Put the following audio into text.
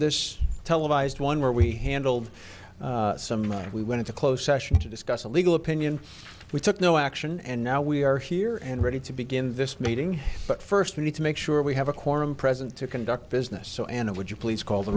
this televised one where we handled some money we wanted to close session to discuss a legal opinion we took no action and now we are here and ready to begin this meeting but first we need to make sure we have a quorum present to conduct business so ana would you please call the